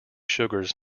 sugars